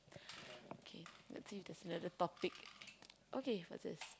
okay let's see if there's another topic okay what's this